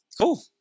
cool